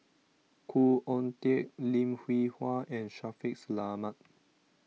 Khoo Oon Teik Lim Hwee Hua and Shaffiq Selamat